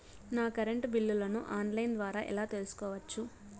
నా కరెంటు బిల్లులను online ద్వారా ఎలా తెలుసుకోవచ్చు?